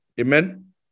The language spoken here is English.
Amen